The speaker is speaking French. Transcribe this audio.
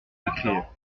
écrire